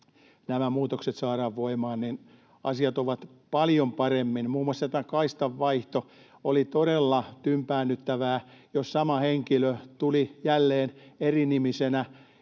nämä muutokset saadaan voimaan, niin asiat ovat paljon paremmin. Muun muassa tämä kaistanvaihto: oli todella tympäännyttävää, jos sama henkilö tuli jälleen erinimisenä